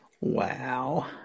Wow